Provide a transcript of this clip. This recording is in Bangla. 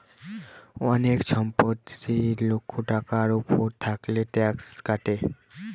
অনেক সম্পদ ত্রিশ লক্ষ টাকার উপর থাকলে ট্যাক্স কাটে